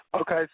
Okay